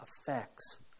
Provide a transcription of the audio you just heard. effects